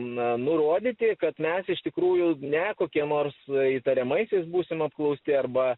na nurodyti kad mes iš tikrųjų ne kokie nors įtariamaisiais būsim apklausti arba